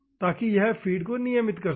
ताकि यह फ़ीड को विनियमित कर सके